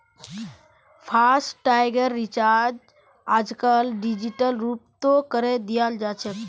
फासटैगेर recharge आजकल digital रूपतों करे दियाल जाछेक